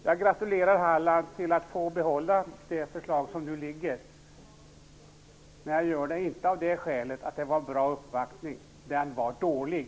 Jag gratulerar Halland till att man får behålla förband med det förslag som nu föreligger, men jag gör det inte av det skälet att det var en bra uppvaktning. Uppvaktningen var dålig.